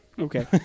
Okay